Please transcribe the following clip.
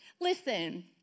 Listen